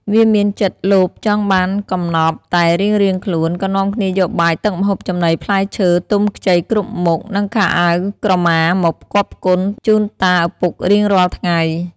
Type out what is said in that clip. វាមានចិត្តលោភចង់បានកំណប់ តែរៀងៗខ្លួន ក៏នាំគ្នាយកបាយទឹកម្ហូបចំណីផ្លែឈើទុំខ្ចីគ្រប់មុខ និងខោអាវក្រមាមកផ្គាប់ផ្គុនជូនតាឪពុករៀងរាល់ថ្ងៃ។